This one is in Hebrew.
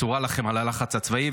צורה לכם על הלחץ הצבאי,